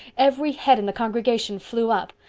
every head in the congregation flew up.